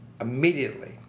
immediately